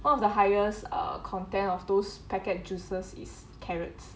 one of the highest uh content of those packet juices is carrots